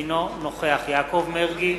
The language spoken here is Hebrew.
אינו נוכח יעקב מרגי,